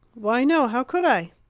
why, no how could i?